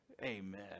Amen